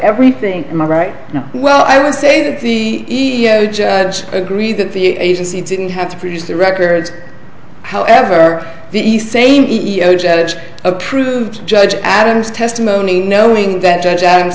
everything in my right now well i would say that the judge agreed that the agency didn't have to produce the records however the east same ego janet approved judge adams testimony knowing that judge adams